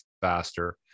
faster